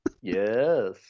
Yes